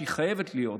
שהיא חייבת להיות,